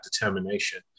determination